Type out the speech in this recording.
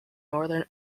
northern